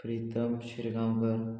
Pritam Shirgaonkar